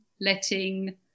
letting